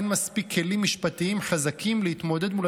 אין מספיק כלים משפטיים חזקים להתמודד מול